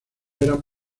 eran